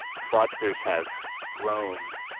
fraudsters have grown,